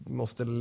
måste